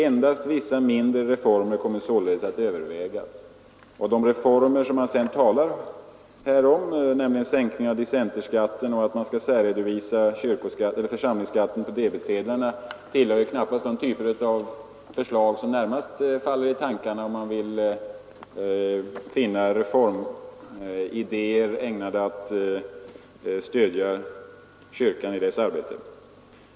Endast vissa mindre reformer kommer således att övervägas.” De reformer som man sedan talar om, nämligen sänkning av dissenterskatten och särredovisning av församlingsskatten på debetsedlarna tillhör knappast de typer av förslag som närmast faller en i tankarna, om man vill finna reformidéer ägnade att stödja kyrkan i dess arbete.